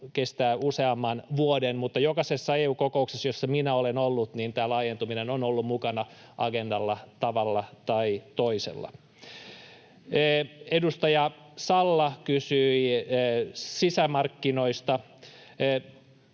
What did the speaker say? kestää useamman vuoden, mutta jokaisessa EU-kokouksessa, jossa minä olen ollut, tämä laajentuminen on ollut mukana agendalla tavalla tai toisella. Edustaja Salla kysyi sisämarkkinoista.